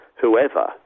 whoever